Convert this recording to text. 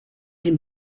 can